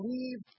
Leave